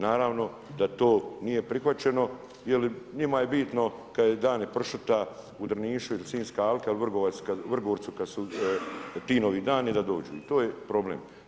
Naravno da to nije prihvaćeno jel njima je bitno kada su Dani pršuta u Drnišu ili Sinjska alka ili u Vrgorcu kada su Tinovi dani da dođu, to je problem.